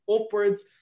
upwards